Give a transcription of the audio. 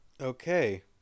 Okay